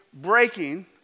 breaking